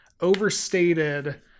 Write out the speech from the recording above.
overstated